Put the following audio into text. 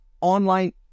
online